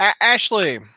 Ashley